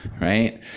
right